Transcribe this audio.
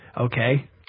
okay